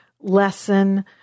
lesson